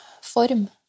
form